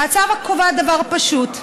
ההצעה קובעת דבר פשוט: